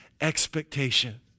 expectation